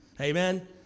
amen